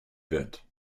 wird